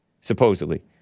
supposedly